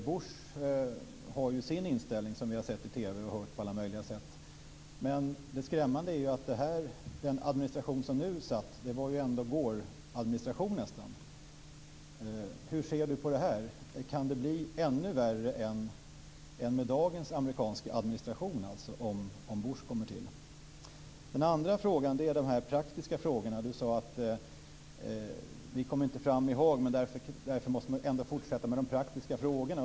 Bush har sin inställning, som vi har sett i TV och hört på alla möjliga sätt. Det skrämmande är att den administration som nu satt nästan var en Goreadministration. Hur ser miljöministern på det här? Kan det bli ännu värre än med dagens amerikanska administration om Bush kommer till makten? Den andra frågan gäller de praktiska frågorna. Miljöministern sade att man inte kom fram i Haag men att man ändå måste fortsätta med de praktiska frågorna.